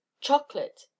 chocolate